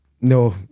No